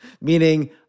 Meaning